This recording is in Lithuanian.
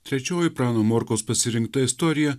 trečioji prano morkaus pasirinkta istorija